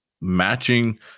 matching